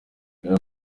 real